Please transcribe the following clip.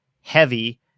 heavy